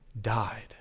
died